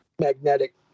magnetic